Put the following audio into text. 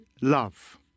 love